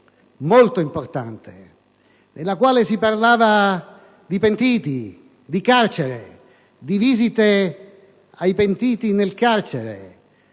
molto importante nella quale si parlava di pentiti, di carcere, di visite ai pentiti nel carcere,